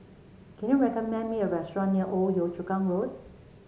can you recommend me a restaurant near Old Yio Chu Kang Road